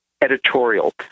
editorial